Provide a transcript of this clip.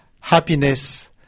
happiness